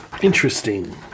Interesting